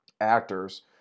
actors